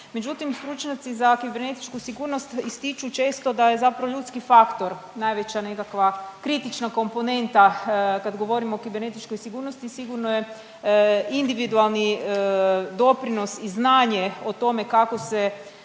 međutim stručnjaci za kibernetičku sigurnost ističu često da je zapravo ljudski faktor najveća nekakva kritična komponenta. Kada govorimo o kibernetičkoj sigurnosti, sigurno je individualni doprinos i znanje o tome kako